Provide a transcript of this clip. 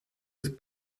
ist